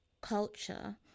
culture